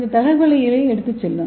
இது தகவல்களை எடுத்துச் செல்லும்